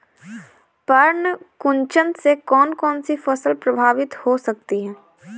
पर्ण कुंचन से कौन कौन सी फसल प्रभावित हो सकती है?